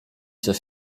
coś